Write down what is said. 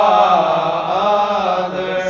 Father